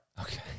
Okay